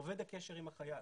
אובד הקשר עם החייל,